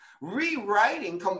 rewriting